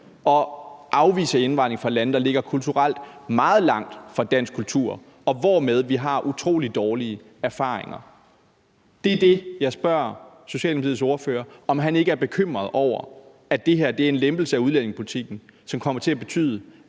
og afvise indvandring fra lande, hvor de kulturelt ligger meget langt fra dansk kultur, og hvormed vi har utrolig dårlige erfaringer. Det er der, jeg spørger Socialdemokratiets ordfører, om han ikke er bekymret for, at det her er en lempelse af udlændingepolitikken, som kommer til at betyde